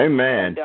Amen